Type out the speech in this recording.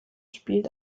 spielt